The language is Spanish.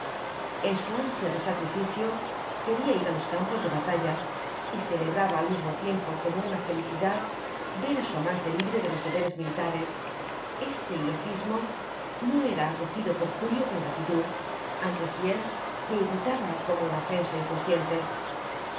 en su ansia de sacrificio quería ir á los campos de batalla y celebraba al mismo tiempo como una felicidad ver á su amante libre de los deberes militares este ilogismo no era acogido por julio con gratitud antes bien le irritaba como una ofensa inconsciente